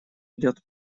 идёт